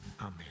Amen